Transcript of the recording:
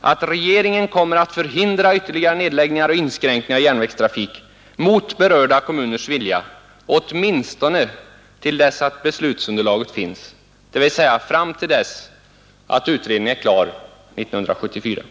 att regeringen kommer att förhindra ytterligare nedläggningar och inskränkningar av järnvägstrafik mot berörda kommuners vilja åtminstone till dess att beslutsunderlaget finns, dvs. fram till dess att utredningen är klar 1974?